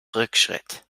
rückschritt